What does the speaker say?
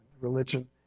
religion